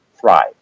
thrive